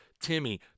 Timmy